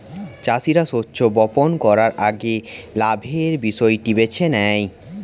চাষীরা শস্য বপন করার আগে লাভের বিষয়টি বেছে নেয়